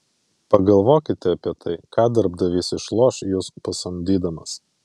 pagalvokite apie tai ką darbdavys išloš jus pasamdydamas